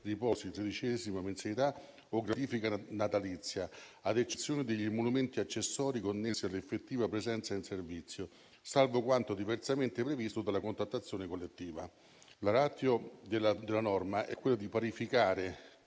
riposi, tredicesima mensilità o gratifica natalizia, ad eccezione degli emolumenti accessori connessi all'effettiva presenza in servizio, salvo quanto diversamente previsto dalla contrattazione collettiva». La *ratio* della norma è quella di parificare,